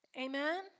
Amen